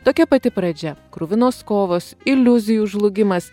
tokia pati pradžia kruvinos kovos iliuzijų žlugimas